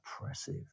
oppressive